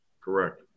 Correct